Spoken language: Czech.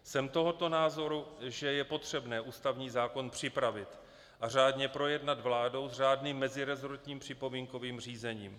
Jsem toho názoru, že je potřebné ústavní zákon připravit a řádně projednat vládou s řádným meziresortním připomínkovým řízením.